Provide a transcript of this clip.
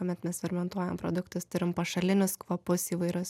kuomet mes fermentuojam produktus turim pašalinius kvapus įvairius